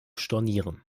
stornieren